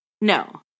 no